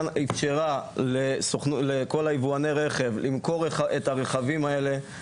אין אפשרות למאמנים או בתי ספר לרכיבה לרשום עליהם